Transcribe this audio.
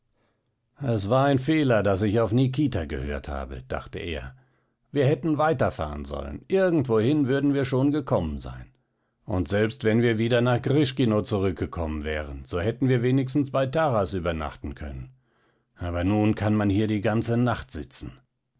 es war ein fehler daß ich auf nikita gehört habe dachte er wir hätten weiterfahren sollen irgendwohin würden wir schon gekommen sein und selbst wenn wir wieder nach grischkino zurückgekommen wären so hätten wir wenigstens bei taras übernachten können aber nun kann man hier die ganze nacht sitzen